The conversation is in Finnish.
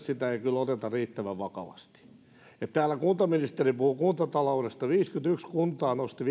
sitä ei kyllä oteta riittävän vakavasti täällä kuntaministeri puhui kuntataloudesta viisikymmentäyksi kuntaa nosti